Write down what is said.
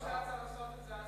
הראשון שהיה צריך לעשות את זה אז,